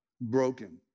broken